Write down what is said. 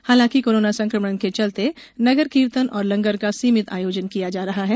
हालांकि कोरोना संक्रमण के चलते नगर कीर्तन और लंगर का सीमित आयोजन किया जा रहा है